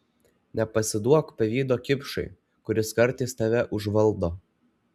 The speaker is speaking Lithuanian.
nepasiduok pavydo kipšui kuris kartais tave užvaldo